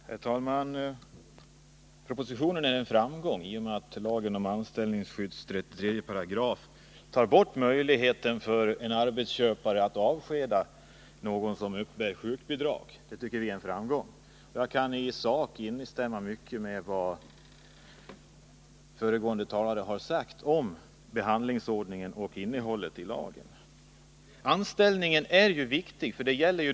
Herr talman! Propositionen är en framgång genom att 33 § lagen om anställningsskydd tar bort möjligheten för en arbetsköpare att avskeda någon som uppbär sjukbidrag. Jag kan i sak i mycket instämma med vad föregående talare sagt om behandlingsordningen och innehållet i lagen. 125 Anställningen är ju viktig.